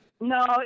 No